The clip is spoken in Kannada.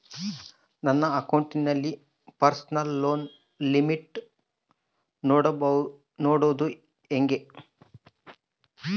ನನ್ನ ಅಕೌಂಟಿನಲ್ಲಿ ಪರ್ಸನಲ್ ಲೋನ್ ಲಿಮಿಟ್ ನೋಡದು ಹೆಂಗೆ?